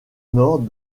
nord